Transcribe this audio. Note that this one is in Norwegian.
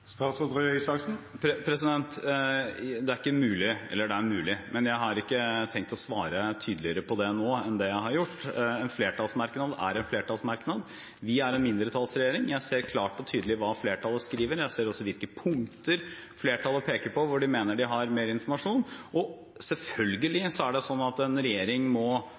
Det er ikke mulig – eller, det er mulig, men jeg har ikke tenkt å svare tydeligere på det nå enn det jeg har gjort. En flertallsmerknad er en flertallsmerknad. Vi er en mindretallsregjering. Jeg ser klart og tydelig hva flertallet skriver. Jeg ser også hvilke punkter flertallet peker på hvor de mener de har mer informasjon. Og selvfølgelig er det sånn at en regjering også må